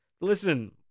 Listen